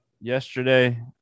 yesterday